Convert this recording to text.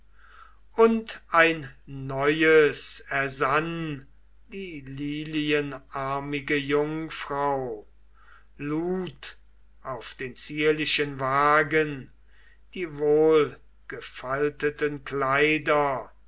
und ein neues ersann die lilienarmige jungfrau lud auf den zierlichen wagen die wohlgefalteten kleider